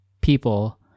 people